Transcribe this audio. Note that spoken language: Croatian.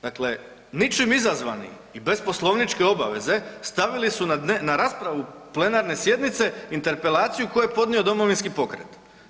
Dakle, ničim izazvani i bez poslovničke obaveze stavili su na raspravu plenarne sjednice interpelaciju koju je podnio Domovinski pokret.